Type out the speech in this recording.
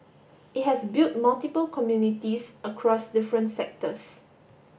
it has built multiple communities across different sectors